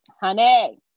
honey